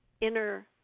inner